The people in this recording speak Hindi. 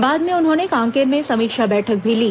बाद में उन्होंने कांकेर में समीक्षा बैठक भी ली